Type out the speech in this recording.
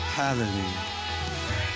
Hallelujah